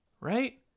right